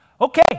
Okay